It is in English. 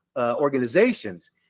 organizations